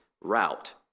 route